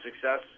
success